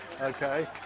okay